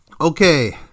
okay